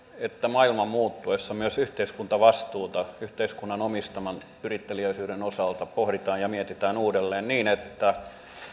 että maailman muuttuessa myös yhteiskuntavastuuta yhteiskunnan omistaman yritteliäisyyden osalta pohditaan ja mietitään uudelleen niin että